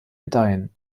gedeihen